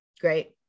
Great